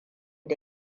da